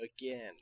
again